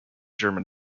german